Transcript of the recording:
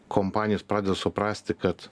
kompanijas pradeda suprasti kad